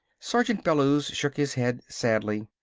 sergeant bellews shook his head sadly.